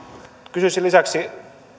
kysyisin lisäksi